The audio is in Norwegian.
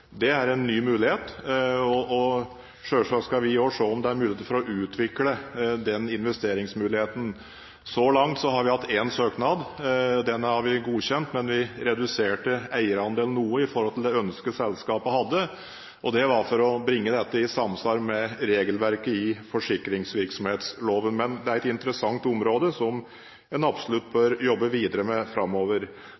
Det er en ny mulighet, og selvsagt skal vi også se på om det er muligheter for å utvikle den investeringsmuligheten. Så langt har vi hatt én søknad. Den har vi godkjent, men vi reduserte eierandelen noe i forhold til det ønsket selskapet hadde. Det var for å bringe dette i samsvar med regelverket i forsikringsvirksomhetsloven. Men det er et interessant område som en absolutt